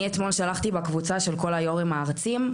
אני אתמול שלחתי בקבוצה של כל היו"רים הארצית,